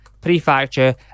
prefecture